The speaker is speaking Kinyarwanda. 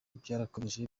byarakomeje